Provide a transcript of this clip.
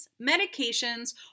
medications